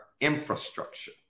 infrastructure